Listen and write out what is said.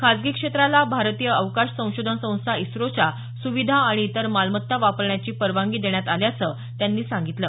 खासगी क्षेत्राला भारतीय अवकाश संशोधन संस्था इस्रोच्या सुविधा आणि इतर मालमत्ता वापरण्याची परवानगी देण्यात आल्याचं त्यांनी सांगितलं